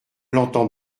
l’entend